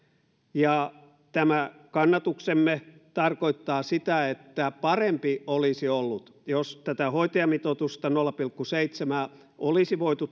ja tämä kannatuksemme tarkoittaa sitä että parempi olisi ollut jos tätä hoitajamitoitusta nolla pilkku seitsemää olisi voitu